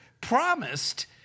promised